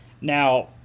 Now